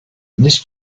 this